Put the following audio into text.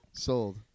sold